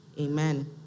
amen